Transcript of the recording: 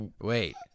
wait